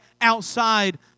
outside